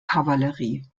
kavallerie